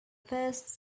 first